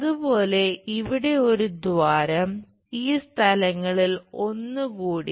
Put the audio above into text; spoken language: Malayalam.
അതുപോലെ ഇവിടെ ഒരു ദ്വാരം ഈ സ്ഥലങ്ങളിൽ ഒന്ന് കൂടി